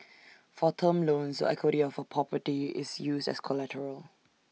for term loans equity of A property is used as collateral